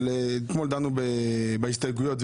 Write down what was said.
אבל אתמול דנו בהסתייגויות,